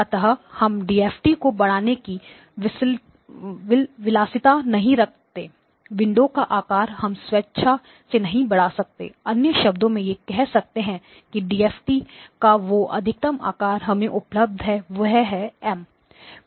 अतः हम DFT DFT को बढ़ाने की विलासिता नहीं कर सकते विंडो का आकार हम स्वेच्छा से नहीं बढ़ा सकते अन्य शब्दों में यह कह सकते हैं कि डीएफटी DFT का जो अधिकतम आकार हमें उपलब्ध है वह M है